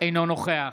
אינו נוכח